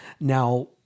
Now